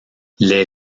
les